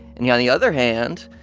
and on the other hand,